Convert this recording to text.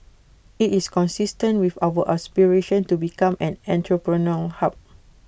IT is consistent with our aspiration to become an entrepreneurial hub